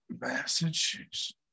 Massachusetts